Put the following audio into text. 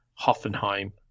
Hoffenheim